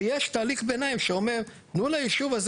ויש תהליך ביניים שאומר: תנו ליישוב הזה